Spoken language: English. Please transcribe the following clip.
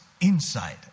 Inside